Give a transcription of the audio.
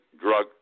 drug